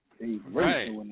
right